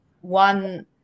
one